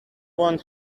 want